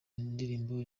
ndirimbo